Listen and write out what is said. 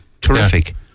terrific